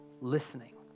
listening